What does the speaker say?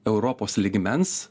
europos lygmens